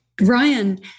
Ryan